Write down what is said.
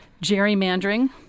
gerrymandering